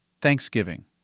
Thanksgiving